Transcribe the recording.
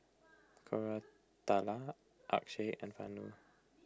Koratala Akshay and Vanu